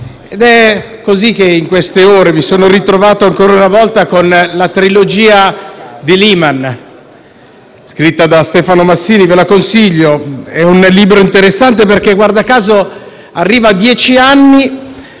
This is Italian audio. ed è così che in queste ore mi sono ritrovato ancora una volta con «Lehman Trilogy», scritto da Stefano Massini. Ve lo consiglio, è un libro interessante, perché guarda caso arriva a dieci anni